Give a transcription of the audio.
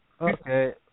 okay